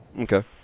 Okay